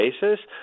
basis